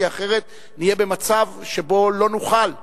כי אחרת נהיה במצב שבו לא נוכל להושיע.